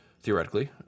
theoretically